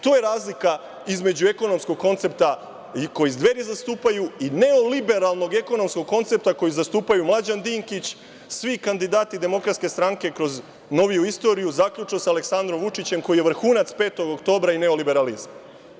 To je razlika između ekonomskog koncepta koje Dveri zastupaju i neoliberalnog ekonomskog koncepta koji zastupaju Mlađan Dinkić, svi kandidati DS kroz noviju istoriju zaključno sa Aleksandrom Vučićem koji je vrhunac 5. oktobra i neoliberalizma.